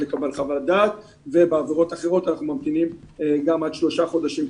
לקבלת חוות דעת בעבירות אחרות אנחנו ממתינים גם עד שלושה חודשים.